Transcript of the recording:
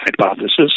hypothesis